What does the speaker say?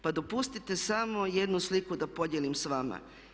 Pa dopustite samo jednu sliku da podijelim s vama.